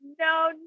No